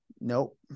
Nope